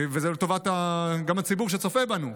וזה גם לטובת הציבור שצופה בנו,